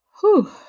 Whew